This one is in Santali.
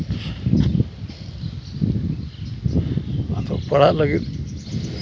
ᱟᱫᱚ ᱯᱟᱲᱦᱟᱜ ᱞᱟᱹᱜᱤᱫ